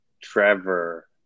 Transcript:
Trevor